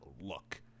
look